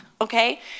okay